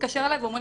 מתקשר אליי ואומר,